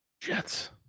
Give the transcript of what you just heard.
Jets